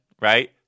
right